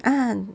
ah